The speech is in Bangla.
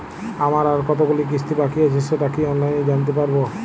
আমার আর কতগুলি কিস্তি বাকী আছে সেটা কি অনলাইনে জানতে পারব?